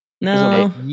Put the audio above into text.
No